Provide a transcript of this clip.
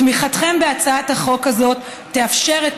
תמיכתכם בהצעת החוק הזאת תאפשר את